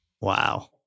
Wow